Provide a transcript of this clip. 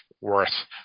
worth